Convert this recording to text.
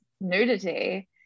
nudity